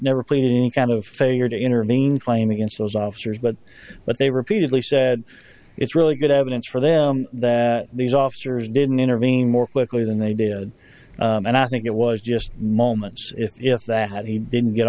never playing kind of failure to intervene claim against those officers but what they repeatedly said it's really good evidence for them that these officers didn't intervene more quickly than they did and i think it was just moments if that had he didn't get